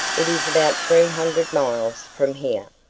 it is about three hundred miles from here.